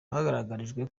bagaragarijwe